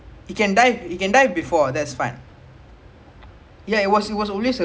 ya I think so ya they cannot step both the line before they shoot ah ya I think so ya